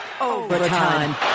overtime